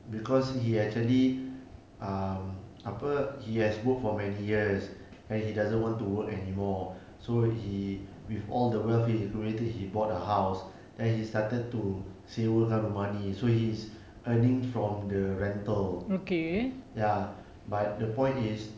because he actually err apa he has worked for many years and he doesn't want to work anymore so he with all the wealth he accumulated he bought a house and he started to sewakan rumah ini so his earnings from the rental ya but the point is